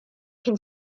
can